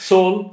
Soul